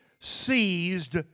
seized